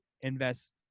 invest